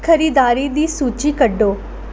खरीदारी दी सूची कड्ढो